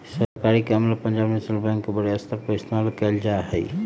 सरकारी काम ला पंजाब नैशनल बैंक के बडे स्तर पर इस्तेमाल कइल जा हई